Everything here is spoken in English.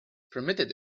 permitted